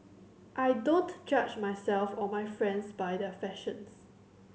I don't judge myself or my friends by their fashions